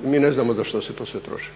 Mi ne znamo za što se to sve troši.